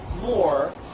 more